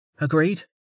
Agreed